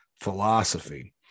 philosophy